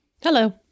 Hello